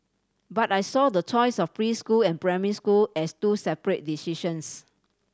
but I saw the choice of preschool and primary school as two separate decisions